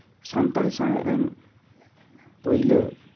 ᱥᱟᱱᱛᱟᱲᱤ ᱥᱟᱶᱦᱮᱫ ᱨᱮᱱ ᱯᱟᱹᱭᱞᱟᱹ